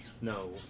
No